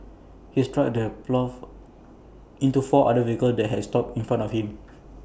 his truck then ploughed into four other vehicles that had stopped in front of him